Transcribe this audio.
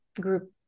group